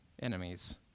enemies